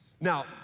Now